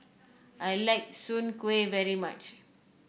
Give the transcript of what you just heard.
I like Soon Kueh very much